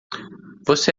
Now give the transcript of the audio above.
você